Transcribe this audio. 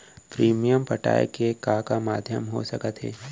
Premium पटाय के का का माधयम हो सकत हे?